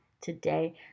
today